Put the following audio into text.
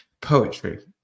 poetry